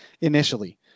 initially